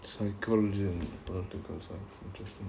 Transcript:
psychology to concern